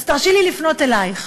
אז תרשי לי לפנות אלייך,